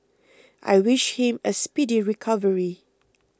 I wish him a speedy recovery